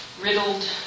riddled